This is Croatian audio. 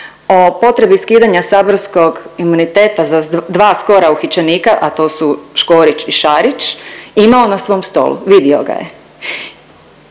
o potrebi skidanja saborskog imuniteta za dva skora uhićenika, a to su Škorić i Šarić imao na svom stolu, vidio ga je.